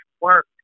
work